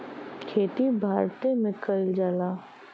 खेती भारते मे कइल जाला